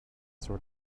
sort